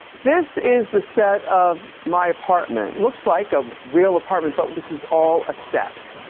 this is the set of my apartment. looks like a real apartment but this is all a set.